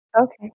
Okay